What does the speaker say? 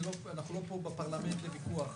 אנחנו לא פה בפרלמנט לוויכוח.